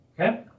Okay